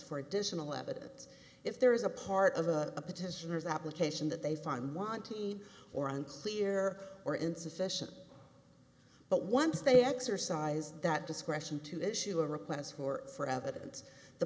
for additional evidence if there is a part of a petitioners application that they find want to eat or unclear or insufficient but once they exercise that discretion to issue a request for for evidence the